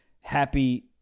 happy